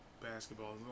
Basketball